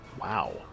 Wow